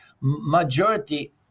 majority